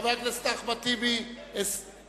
חבר הכנסת אחמד טיבי הסיר,